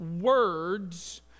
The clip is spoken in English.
words